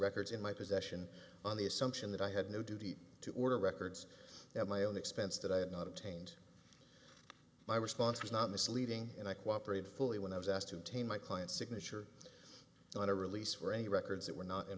records in my possession on the assumption that i had no duty to order records that my own expense that i had not obtained my response was not misleading and i cooperated fully when i was asked to take my client's signature on a release for any records that were not in